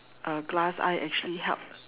uh glass eye actually help